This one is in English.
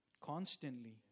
constantly